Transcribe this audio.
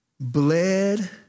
bled